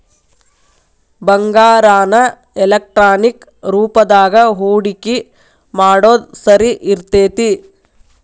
ಬಂಗಾರಾನ ಎಲೆಕ್ಟ್ರಾನಿಕ್ ರೂಪದಾಗ ಹೂಡಿಕಿ ಮಾಡೊದ್ ಸರಿ ಇರ್ತೆತಿ